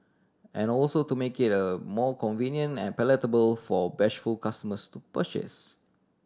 and also to make it a more convenient and palatable for bashful customers to purchase